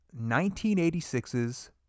1986's